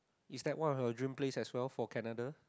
is that one of your dream place as well for Canada